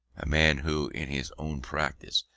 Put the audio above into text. a man who, in his own practice,